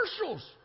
commercials